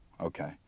Okay